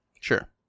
Sure